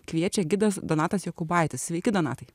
kviečia gidas donatas jokūbaitis sveiki donatai